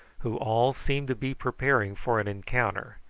who all seemed to be preparing for an encounter,